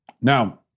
Now